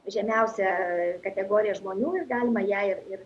žemiausia kategorija žmonių ir galima ją ir